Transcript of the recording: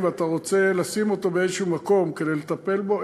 ואתה רוצה לשים אותו באיזה מקום כדי לטפל בו,